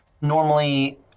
Normally